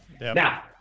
Now